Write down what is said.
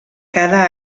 cada